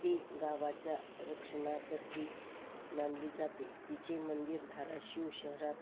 ती गावाच्या रक्षणाकर्ती मानली जाते तिचे मंदिर धाराशिव शहरात